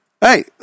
Hey